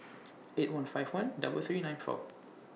eight one five one double three nine four